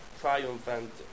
triumphant